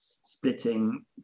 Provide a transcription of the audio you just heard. splitting